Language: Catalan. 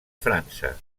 frança